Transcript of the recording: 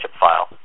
file